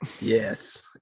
Yes